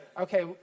Okay